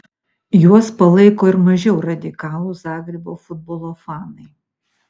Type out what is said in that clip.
juos palaiko ir mažiau radikalūs zagrebo futbolo fanai